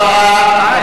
להצבעה.